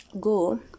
go